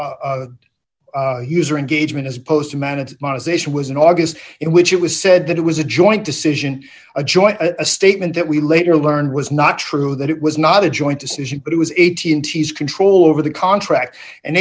on user engagement as opposed to manage my position was in august in which it was said that it was a joint decision a joint statement that we later learned was not true that it was not a joint decision but it was eighteen t s control over the contract and